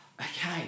Okay